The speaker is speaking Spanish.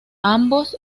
ambos